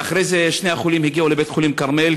ואחרי זה שני החולים הגיעו לבית-החולים "כרמל",